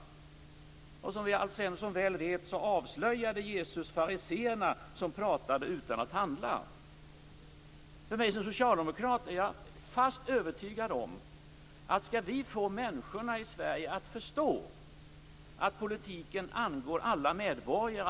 Som Alf Svensson väl vet avslöjade Jesus fariséerna, som pratade utan att handla. Jag är som socialdemokrat fast övertygad om att vi måste få människorna i Sverige att förstå att politiken angår alla medborgare.